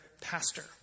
pastor